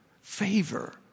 favor